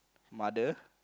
mother